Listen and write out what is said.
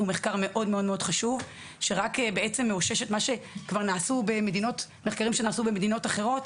הוא מחקר מאוד חשוב שרק מאשש מחקרים שנעשו במדינות אחרות,